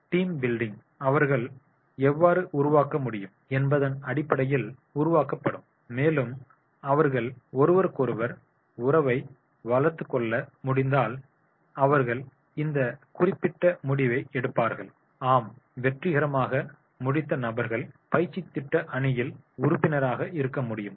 team building அவர்கள் எவ்வாறு உருவாக்க முடியும் என்பதன் அடிப்படையில் உருவாக்கப்படும் மேலும் அவர்கள் ஒருவருக்கொருவர் உறவை வளர்த்துக் கொள்ள முடிந்தால் அவர்கள் இந்த குறிப்பிட்ட முடிவை எடுப்பார்கள் ஆம் வெற்றிகரமாக முடித்த நபர்கள் பயிற்சி திட்ட அணியில் உறுப்பினராக இருக்க முடியும்